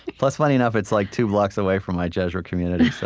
plus, funny enough, it's like two blocks away from my jesuit community,